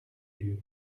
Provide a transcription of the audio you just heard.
lieu